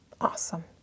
Awesome